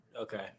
okay